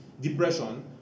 depression